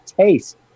taste